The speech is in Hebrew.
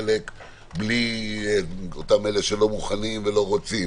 חלק בלי אלה שלא מוכנים ולא רוצים